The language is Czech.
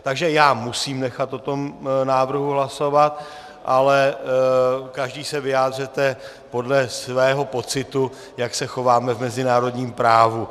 Takže musím nechat o tom návrhu hlasovat, ale každý se vyjádřete podle svého pocitu, jak se chováme v mezinárodním právu.